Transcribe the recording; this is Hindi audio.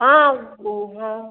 हाँ वह हाँ